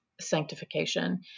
sanctification